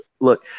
Look